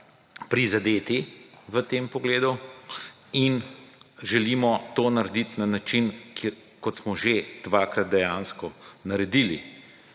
prizadeti, v tem pogledu in želimo to naredit na način, kjer, kot smo že dvakrat dejansko naredili.